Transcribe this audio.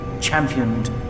championed